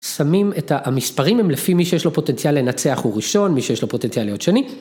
שמים את המספרים הם לפי מי שיש לו פוטנציאל לנצח הוא ראשון, מי שיש לו פוטנציאל להיות שני.